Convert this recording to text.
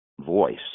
voice